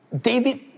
David